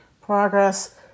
progress